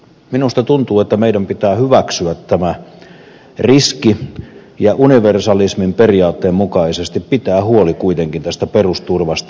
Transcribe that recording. minusta tuntuu että meidän pitää hyväksyä tämä riski ja pitää kuitenkin universalismin periaatteen mukaisesti huoli tästä perusturvasta